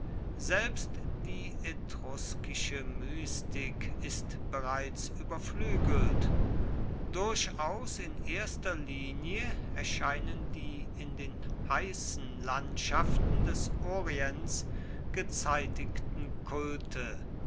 selbst die etruskische mystik ist bereits überflügelt durchaus in erster linie erscheinen die in den heißen landschaften des orients gezeitigten kulte